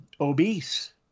obese